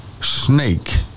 snake